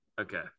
okay